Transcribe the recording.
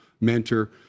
mentor